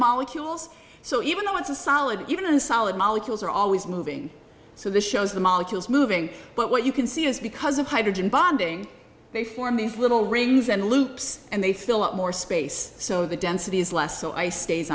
molecules so even though it's a solid even solid molecules are always moving so this shows the molecules moving but what you can see is because of hydrogen bonding they form these little rings and loops and they fill up more space so the density is less so i stays